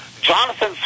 Jonathan